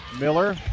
Miller